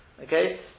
Okay